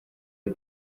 iyo